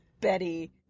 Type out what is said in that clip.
betty